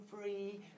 free